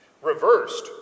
reversed